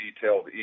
detailed